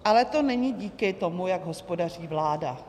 Ale to není díky tomu, jak hospodaří vláda.